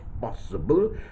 possible